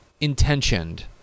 intentioned